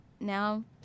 Now